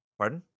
Pardon